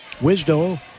Wisdo